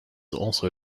also